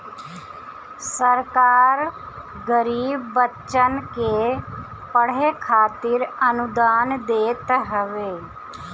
सरकार गरीब बच्चन के पढ़े खातिर अनुदान देत हवे